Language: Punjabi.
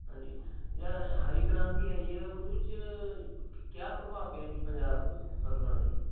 ਹਾਂਜੀ ਜ ਹਰੀ ਕ੍ਰਾਂਤੀ ਆਈ ਹੈ ਉਹਦੇ ਵਿੱਚ ਕਕ ਕਿਆ ਪ੍ਰਭਾਵ ਪਿਆ ਹੈ ਜੀ ਪੰਜਾਬ ਵਿੱਚ ਫਸਲਾਂ ਜੀ